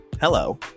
hello